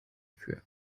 für